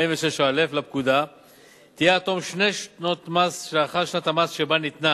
46(א) לפקודה תהא עד תום שתי שנות מס שלאחר שנת המס שבה ניתנה.